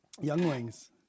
Younglings